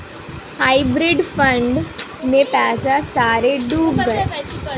hybrid fund में पैसे सारे डूब गए